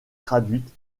traduites